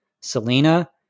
Selena